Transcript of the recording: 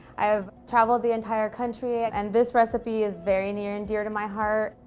i have traveled the entire country, and this recipe is very near and dear to my heart.